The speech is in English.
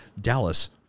Dallas